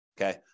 okay